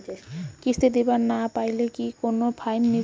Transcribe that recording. কিস্তি দিবার না পাইলে কি কোনো ফাইন নিবে?